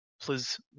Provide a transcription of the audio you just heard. please